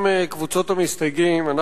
אני גם מקווה שדבריך קצת ירגיעו את הדיון הזה.